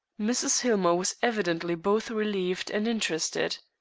mrs. hillmer was evidently both relieved and interested.